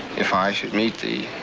if i should meet thee,